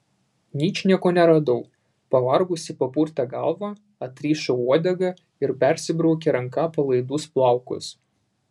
ničnieko neradau pavargusi papurtė galvą atrišo uodegą ir persibraukė ranka palaidus plaukus